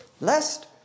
lest